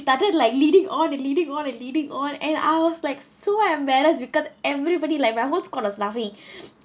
started like leading on and leading on and leading on and I was like so embarrassed because everybody like we're whole squad are laughing